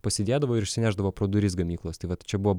pasidėdavo ir išsinešdavo pro duris gamyklos tai vat čia buvo